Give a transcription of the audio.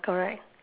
correct